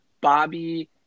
Bobby